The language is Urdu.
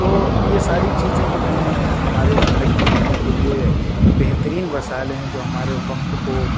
تو یہ ساری چیزیں جو ہیں ہمارے زندگی کے لیے بہترین وسائل ہیں جو ہمارے وقت کو